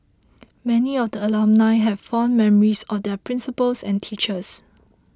many of the alumnae had fond memories of their principals and teachers